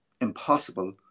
impossible